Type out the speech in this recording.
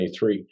2023